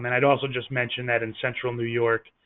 and i'd also just mention that in central new york,